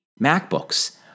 macbooks